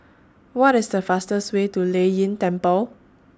What IS The fastest Way to Lei Yin Temple